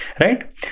right